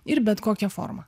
ir bet kokia forma